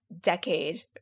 decade